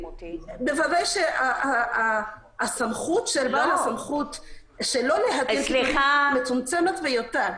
בוודאי שהסמכות של בעל הסמכות שלא להתיר פיטורים מצומצמת ביותר,